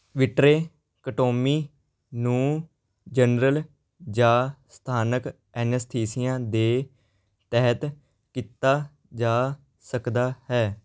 vitrectomy ਨੂੰ general ਜਾਂ ਸਥਾਨਕ ਐਨਸਥੀਸੀਆ ਦੇ ਤਹਿਤ ਕੀਤਾ ਜਾ ਸਕਦਾ ਹੈ